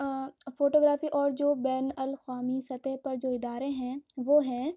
photo گرافی اور جو بین الاقومی سطح پر جو ادارے ہیں وہ ہیں